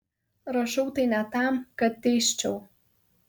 rašau tai ne tam kad teisčiau